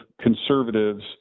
conservatives